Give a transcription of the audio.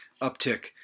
uptick